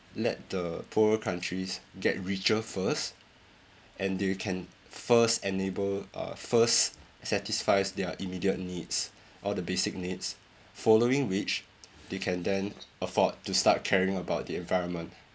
let the poorer countries get richer first and they can first enable uh first satisfies their immediate needs all the basic needs following which they can then afford to start caring about the environment